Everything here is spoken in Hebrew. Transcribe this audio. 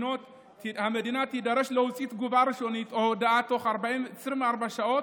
המדינה תידרש להוציא תגובה ראשונית או הודעה תוך 24 שעות,